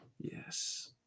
Yes